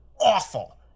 awful